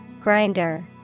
Grinder